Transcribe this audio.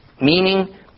Meaning